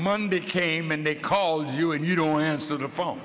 monday came and they called you and you don't answer the phone